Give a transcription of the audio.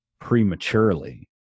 prematurely